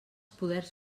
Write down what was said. poders